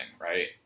right